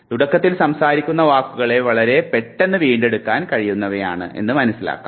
തുടക്കത്തിൽ സംസാരിക്കുന്ന വാക്കുകളെ വളരെ പെട്ടെന്ന് വീണ്ടെടുക്കാൻ കഴിയാവുന്നവയാണെന്ന് മനസ്സിലാക്കാം